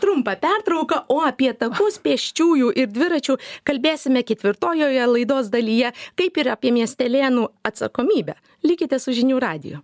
trumpą pertrauką o apie takus pėsčiųjų ir dviračių kalbėsime ketvirtojoje laidos dalyje kaip ir apie miestelėnų atsakomybę likite su žinių radiju